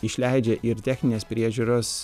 išleidžia ir techninės priežiūros